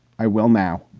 i will now.